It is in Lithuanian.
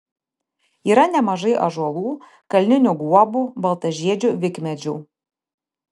yra nemažai ąžuolų kalninių guobų baltažiedžių vikmedžių